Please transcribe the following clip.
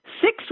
six